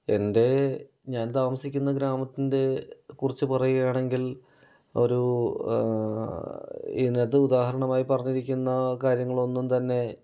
എൻ്റെ ഞാൻ താമസിക്കുന്ന ഗ്രാമത്തിൻ്റെ കുറിച്ച് പറയുകയാണെങ്കിൽ ഒരു ഇതിനകത്ത് ഉദാഹരണമായി പറഞ്ഞിരിക്കുന്ന കാര്യങ്ങളൊന്നും തന്നെ